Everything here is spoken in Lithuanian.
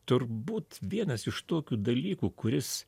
turbūt vienas iš tokių dalykų kuris